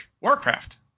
Warcraft